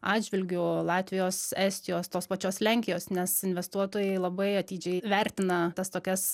atžvilgiu latvijos estijos tos pačios lenkijos nes investuotojai labai atidžiai vertina tas tokias